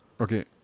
Okay